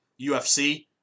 UFC